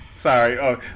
Sorry